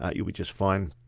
ah you'll be just fine.